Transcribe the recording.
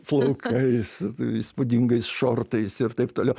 plaukais su įspūdingais šortais ir taip toliau